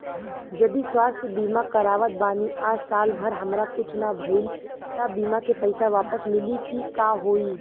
जदि स्वास्थ्य बीमा करावत बानी आ साल भर हमरा कुछ ना भइल त बीमा के पईसा वापस मिली की का होई?